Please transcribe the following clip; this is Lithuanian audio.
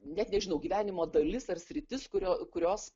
net nežinau gyvenimo dalis ar sritis kurio kurios